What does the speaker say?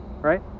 right